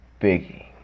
Biggie